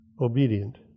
Obedient